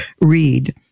read